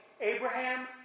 Abraham